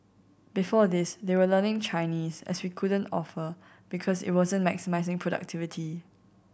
before this they were learning Chinese as we couldn't offer because it wasn't maximising productivity